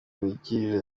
wigirira